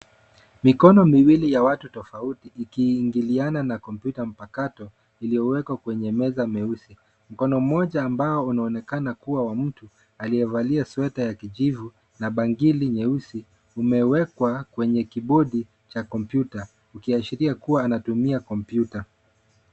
Mikono miwili ya watu tofauti ikiingiliana na kompyuta mpakato iliyowekwa kwenye meza meusi. Mkono mmoja ambao unaonekana kuwa wa mtu aliyevalia sweta ya kijivu na bangili nyeusi imewekwa kwenye kibodi cha kompyuta ukiashiria kuwa anatumia kompyuta.